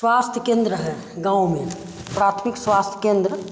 स्वास्थ्य केंद्र है गाँव में प्राथमिक स्वास्थ केंद्र